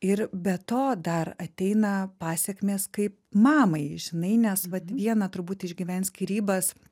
ir be to dar ateina pasekmės kaip mamai žinai nes vat viena turbūt išgyvent skyrybas